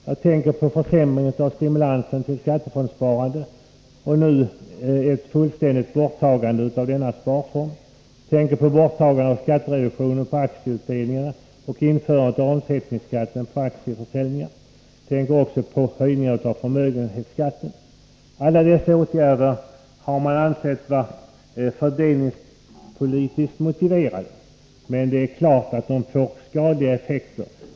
Jag tänker på försämringen av stimulanserna till skattefondssparandet och nu ett fullständigt borttagande av denna sparform. Jag tänker på borttagandet av skattereduktionen på aktieutdelningar och införandet av omsättningsskatten på aktieförsäljningar. Jag tänker också på höjningarna av förmögenhetsskatten. Alla dessa åtgärder har ansetts vara fördelningspolitiskt motiverade, men det är klart att de får skadliga effekter.